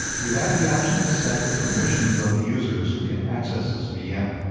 you have the option to set the permissions of the users who can access this vm,